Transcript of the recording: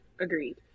Agreed